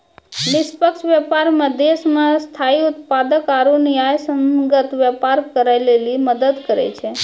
निष्पक्ष व्यापार मे देश मे स्थायी उत्पादक आरू न्यायसंगत व्यापार करै लेली मदद करै छै